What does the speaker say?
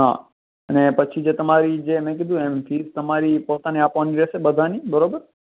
હા અને પછી જે તમારી જે મેં કીધું એમ ફીસ તમારી પોતાની આપવાની રહેશે બધાની બરોબર